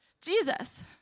Jesus